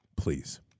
please